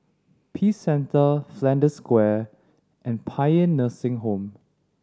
Peace Centre Flanders Square and Paean Nursing Home